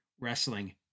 wrestling